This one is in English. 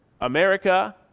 America